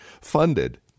funded